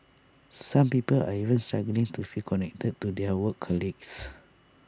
some people are even struggling to feel connected to their work colleagues